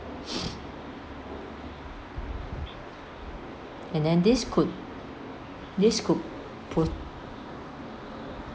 and then this could this could